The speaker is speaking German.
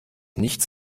nichts